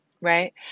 Right